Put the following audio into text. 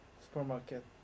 supermarket